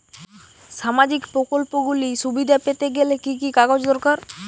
সামাজীক প্রকল্পগুলি সুবিধা পেতে গেলে কি কি কাগজ দরকার?